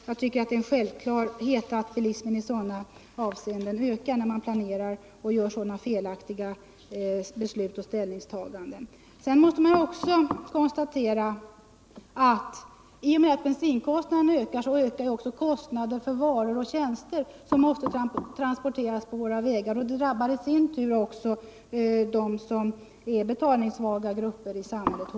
Det är tvärtom en självklarhet att bilismen måste öka, när man fattar sådana felaktiga beslut och gör sådana ställningstaganden. Sedan måste man i detta sammanhang också konstatera att i och med att bensinkostnaden ökar, så ökar också kostnaderna för varor och tjänster som måste transporteras på våra vägar. Också detta drabbar hårdast betalnings Svaga grupper i samhället.